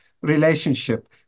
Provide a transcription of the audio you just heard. relationship